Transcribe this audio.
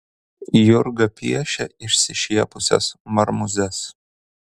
jurga piešia išsišiepusias marmūzes